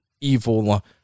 evil